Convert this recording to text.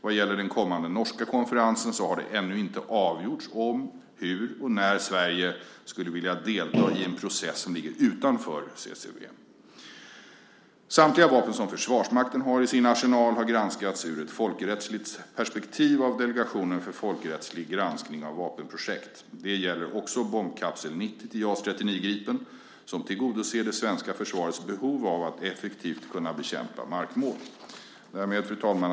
Vad gäller den kommande norska konferensen så har det ännu inte avgjorts om, hur och när Sverige skulle vilja delta i en process som ligger utanför CCW. Samtliga vapen som Försvarsmakten har i sin arsenal har granskats ur ett folkrättsligt perspektiv av Delegationen för folkrättslig granskning av vapenprojekt. Det gäller också bombkapsel 90 till JAS 39 Gripen som tillgodoser det svenska försvarets behov av att effektivt kunna bekämpa markmål. Fru talman!